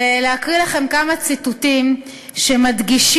ולהקריא לכם כמה ציטוטים שמדגישים